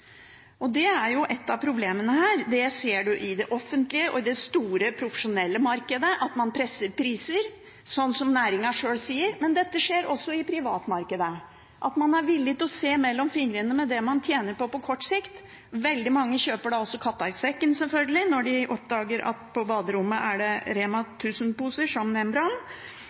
og det er et av problemene her. Det man ser i det offentlige og i det store profesjonelle markedet, er at man presser priser, sånn som næringen sjøl sier. Men det skjer også i privatmarkedet at man er villig til å se gjennom fingrene med det man tjener på på kort sikt. Veldig mange kjøper da også katta i sekken, selvfølgelig, når de oppdager at på baderommet er det REMA 1000-poser som